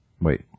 Wait